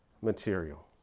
material